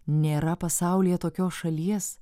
nėra pasaulyje tokios šalies